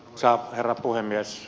arvoisa herra puhemies